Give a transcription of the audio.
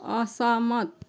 असहमत